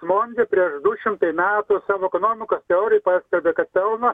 mondė prieš du šimtai metų savo ekonomikos teorijoj pastebi kad pelno